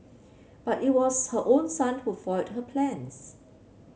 but it was her own son who foiled her plans